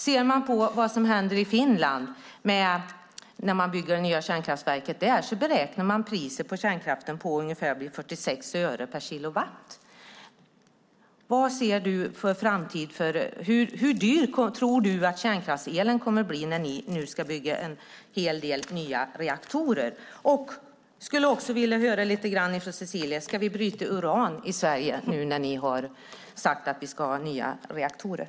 Ser man på vad som händer i Finland när man bygger det nya kärnkraftverket där så beräknar man priset på kärnkraften på ungefär 46 öre per kilowattimme. Hur dyr tror Cecilie Tenfjord-Toftby att kärnkraftselen kommer att bli när ni nu ska bygga en hel del nya reaktorer? Jag skulle också vilja höra från Cecilie om vi ska bryta uran i Sverige nu när ni har sagt att vi ska ha nya reaktorer.